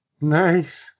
Nice